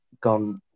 gone